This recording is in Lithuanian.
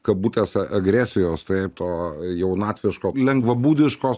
kabutės a agresijos taip to jaunatviško lengvabūdiškos